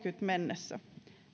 mennessä